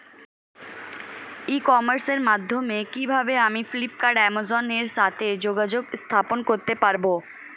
ই কমার্সের মাধ্যমে কিভাবে আমি ফ্লিপকার্ট অ্যামাজন এর সাথে যোগাযোগ স্থাপন করতে পারব?